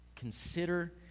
Consider